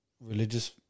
religious